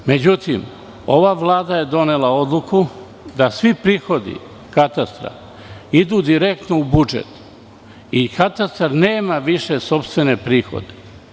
Međutim, ova vlada je donela odluku da svi prihodi katastra idu direktno u budžet i katastar nema više sopstvene prihode.